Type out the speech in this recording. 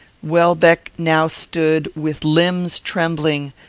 welbeck now stood, with limbs trembling,